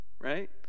Right